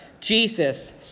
Jesus